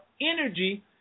energy